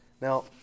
Now